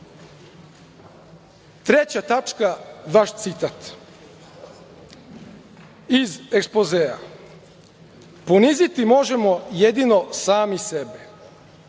tačka, vaš citat iz ekspozea – poniziti možemo jedino sami sebe,